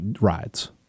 rides